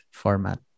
format